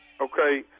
Okay